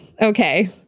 Okay